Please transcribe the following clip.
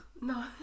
No